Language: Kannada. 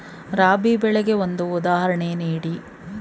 ರಾಬಿ ಬೆಳೆಗೆ ಒಂದು ಉದಾಹರಣೆ ನೀಡಿ